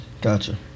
Gotcha